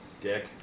dick